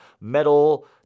metal